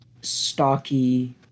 stocky